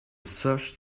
search